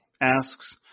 asks